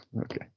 Okay